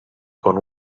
con